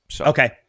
Okay